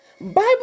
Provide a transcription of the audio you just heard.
Bible